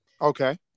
Okay